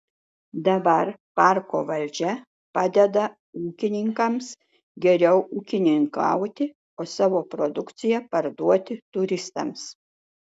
dabar parko valdžia padeda ūkininkams geriau ūkininkauti o savo produkciją parduoti turistams